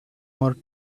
more